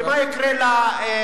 שמשהו יקרה לכור.